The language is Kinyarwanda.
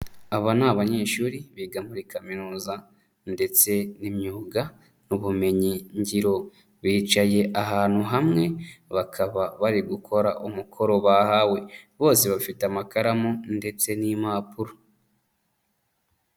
Aba ni abanyeshuri biga muri kaminuza ndetse n'imyuga n'ubumenyi ngiro. Bicaye ahantu hamwe bakaba bari gukora umukoro bahawe bose bafite amakaramu ndetse n'impapuro.